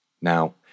Now